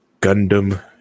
Gundam